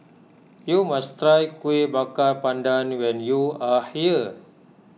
you must try Kuih Bakar Pandan when you are here